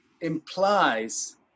implies